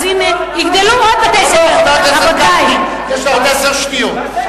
אז הנה, יגדלו עוד בתי-ספר יש לה עוד עשר שניות.